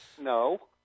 No